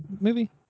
movie